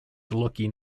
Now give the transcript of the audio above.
looking